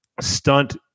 stunt